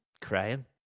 crying